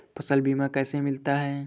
फसल बीमा कैसे मिलता है?